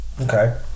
okay